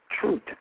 truth